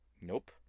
Nope